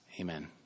Amen